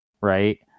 Right